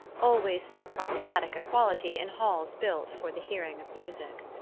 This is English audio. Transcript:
always so problematic a quality in halls built for the hearing of music.